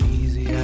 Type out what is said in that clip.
easy